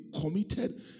committed